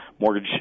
mortgage